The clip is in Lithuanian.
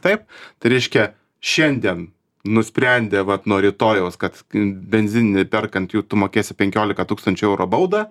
taip tai reiškia šiandien nusprendė vat nuo rytojaus kad benzininį perkant jau tu mokėsi penkiolika tūkstančių eurų baudą